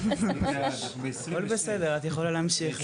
הכול בסדר, את יכולה להמשיך.